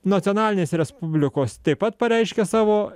nacionalinės respublikos taip pat pareiškė savo